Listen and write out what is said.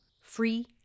free